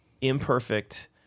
imperfect